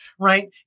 Right